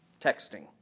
Texting